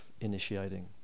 initiating